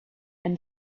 and